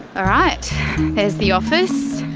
all right there's the office.